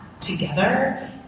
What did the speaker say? together